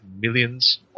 millions